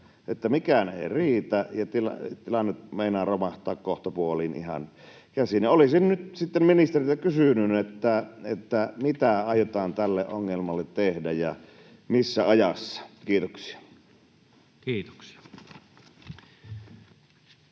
että mikään ei riitä ja tilanne meinaa ihan kohtapuoliin romahtaa käsiin. Olisin nyt ministeriltä kysynyt, mitä aiotaan tälle ongelmalle tehdä ja missä ajassa. — Kiitoksia.